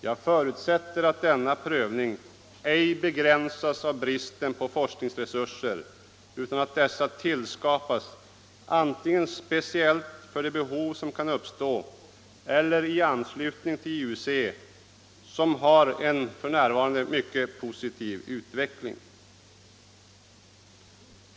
Jag förutsätter att denna prövning inte begränsas av bristen på forskningsresurser utan att dessa skapas antingen speciellt för det behov som kan uppstå eller i anslutning till IUC som f.n. har en mycket positiv utveckling.